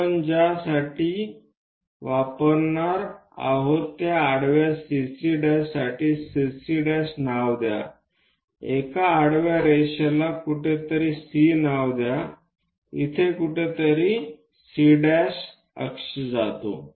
आपण ज्यासाठी आपण वापरणार आहोत त्या आडव्या CC' साठी CC' नाव द्या एका आडव्या रेषाला कुठेतरी C नाव द्या जिथे कुठेतरी C' अक्ष जाते